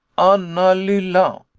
anna lilla!